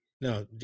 no